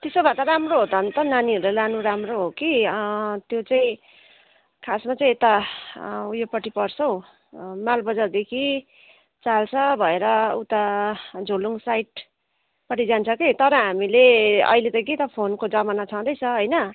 त्यसो भए त राम्रो हो त अन्त नानीहरूलाई लानु राम्रो हो कि त्यो चाहिँ खासमा चाहिँ यता उयोपट्टि पर्छ हो मालबजारदेखि चाल्सा भएर उता झोलुङ साइडपट्टि जान्छ कि तर हामीले अहिले त के त फोनको जमाना छँदैछ होइन